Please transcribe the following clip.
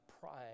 pride